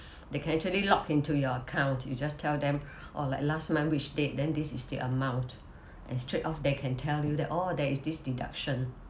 they can actually log into your account you just tell them oh like last month which date then this is the amount and straight off they can tell you that oh there is this deduction